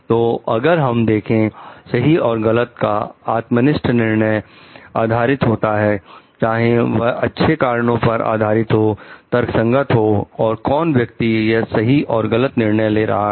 तो अगर हम देखें सही और गलत का आत्मनिष्ठ निर्णय निर्णय आधारित होता है चाहे वह अच्छे कारणों पर आधारित हो तर्कसंगत हो और कौन व्यक्ति यह सही और गलत का निर्णय ले रहा है